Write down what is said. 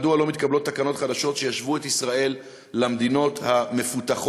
מדוע לא מתקבלות תקנות חדשות שישוו את ישראל למדינות המפותחות.